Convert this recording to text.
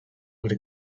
with